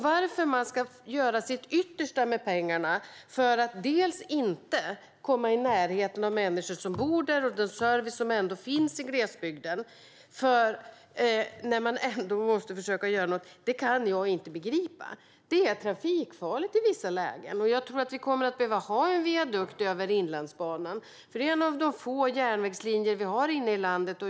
Varför man ska göra sitt yttersta med pengarna för att inte komma i närheten av de människor som bor där och den service som finns i glesbygden, när man ändå måste försöka göra något? Det kan jag inte begripa. Det är trafikfarligt i vissa lägen. Jag tror att vi kommer att behöva ha en viadukt över Inlandsbanan, för det är en av de få järnvägslinjer vi har inne i landet.